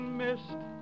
mist